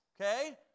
okay